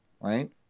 Right